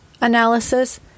Analysis